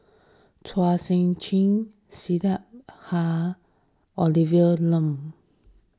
Chua Sian Chin Syed Olivia Lum